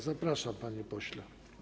Zapraszam, panie pośle.